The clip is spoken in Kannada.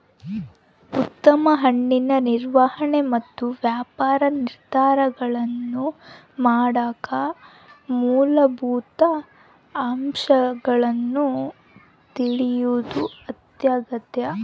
ಉತ್ತಮ ಹಣ್ಣಿನ ನಿರ್ವಹಣೆ ಮತ್ತು ವ್ಯಾಪಾರ ನಿರ್ಧಾರಗಳನ್ನಮಾಡಕ ಮೂಲಭೂತ ಅಂಶಗಳನ್ನು ತಿಳಿಯೋದು ಅತ್ಯಗತ್ಯ